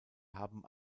haben